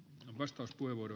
arvoisa puhemies